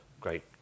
Great